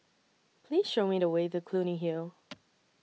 Please Show Me The Way to Clunny Hill